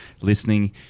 listening